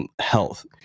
health